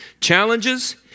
challenges